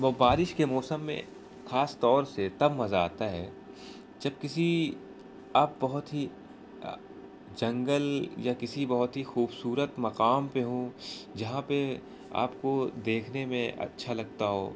وہ بارش کے موسم میں خاص طور سے تب مزہ آتا ہے جب کسی آپ بہت ہی جنگل یا کسی بہت ہی خوبصورت مقام پہ ہوں جہاں پہ آپ کو دیکھنے میں اچھا لگتا ہو